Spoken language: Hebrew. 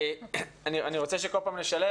אני רוצה שנשלב.